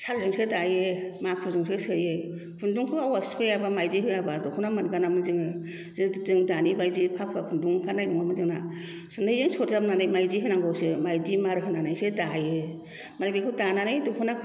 सालजोंसो दायो माखुजोंसो सोयो खुन्दुंखौ आवा सिफायाबा मायदि होआबा दख'ना मोनगानामोन जोङो जों दानि बायदि फाखुवा खुन्दुं ओंखारनाय नङामोन जोंना सुनैजों सरजाबनानै मायदि होनांगौसो मायदि मार होनैसो दायो माने बेखौ दानानै दख'ना